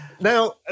Now